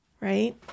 right